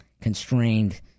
constrained